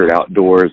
outdoors